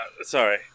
sorry